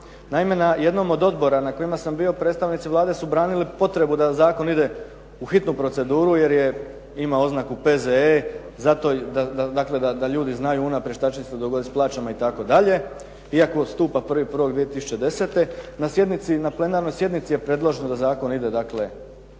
Naime, na jednom od odbora na kojima sam bio predstavnici Vlade su branili potrebu da zakon ide u hitnu proceduru jer je ima oznaku P.Z.E. zato da ljudi znaju unaprijed što će se dogoditi s plaćama itd. iako stupa 1.1.2010. na sjednici, na plenarnoj sjednici je predloženo da zakon ide u redovnu proceduru.